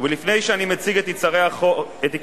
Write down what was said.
ולפני שאני מציג את עיקרי החוק,